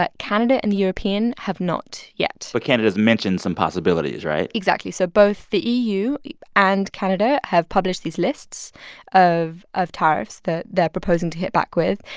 but canada and the european have not yet but canada's mentioned some possibilities, right? exactly. so both the eu and canada have published these lists of of tariffs that they're proposing to hit back with.